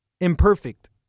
imperfect